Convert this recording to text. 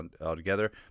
altogether